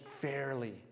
fairly